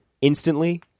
instantly